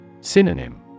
Synonym